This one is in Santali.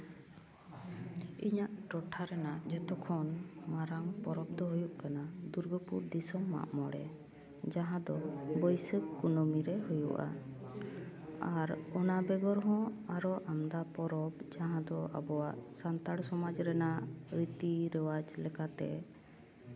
ᱤᱧᱟᱹᱜ ᱴᱚᱴᱷᱟ ᱨᱮᱱᱟᱜ ᱡᱚᱛᱚ ᱠᱷᱚᱱ ᱢᱟᱨᱟᱝ ᱯᱚᱨᱚᱵᱽ ᱫᱚ ᱦᱩᱭᱩᱜ ᱠᱟᱱᱟ ᱫᱩᱨᱜᱟᱹᱯᱩᱨ ᱫᱤᱥᱚᱢ ᱢᱟᱜ ᱢᱚᱬᱮ ᱡᱟᱦᱟᱸ ᱫᱚ ᱵᱟᱹᱭᱥᱟᱹᱠᱷ ᱠᱩᱱᱟᱹᱢᱤ ᱨᱮ ᱦᱩᱭᱩᱜᱼᱟ ᱟᱨ ᱚᱱᱟ ᱵᱮᱜᱚᱨ ᱦᱚᱸ ᱟᱨᱚ ᱟᱢᱫᱟ ᱯᱚᱨᱚᱵᱽ ᱡᱟᱦᱟᱸ ᱫᱚ ᱟᱵᱚᱣᱟᱜ ᱥᱟᱱᱛᱟᱲ ᱥᱚᱢᱟᱡᱽ ᱨᱮᱱᱟᱜ ᱨᱤᱛᱤ ᱨᱮᱣᱟᱡᱽ ᱞᱮᱠᱟᱛᱮ